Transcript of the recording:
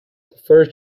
first